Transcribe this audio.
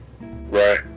right